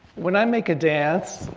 when i make a dance,